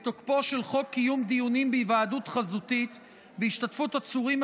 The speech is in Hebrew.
את תוקפו של חוק קיום דיונים בהיוועדות חזותית בהשתתפות עצורים,